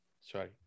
Sorry